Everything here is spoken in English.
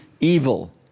evil